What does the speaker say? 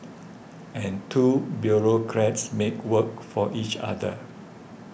and two bureaucrats make work for each other